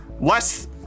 less